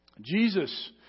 Jesus